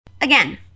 Again